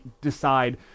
decide